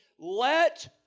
let